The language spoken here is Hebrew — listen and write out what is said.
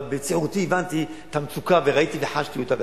אבל בצעירותי הבנתי את המצוקה וראיתי וחשתי אותה.